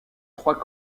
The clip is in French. trois